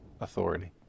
authority